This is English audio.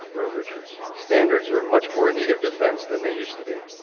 wrote richards, standards are much more in need of defense than they used to be.